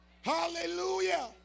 Hallelujah